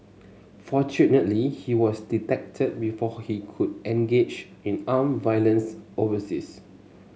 fortunately he was detected before he could engage in armed violence overseas